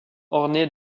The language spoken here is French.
ornées